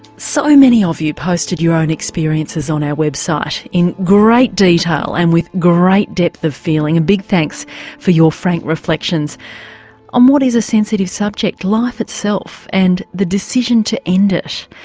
so many of you posted your own experiences on our website in great detail and with great depth of feeling a big thanks for your frank reflections on what is a sensitive subject, life itself and the decision to end it.